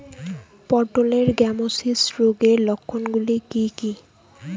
পটলের গ্যামোসিস রোগের লক্ষণগুলি কী কী?